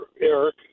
Eric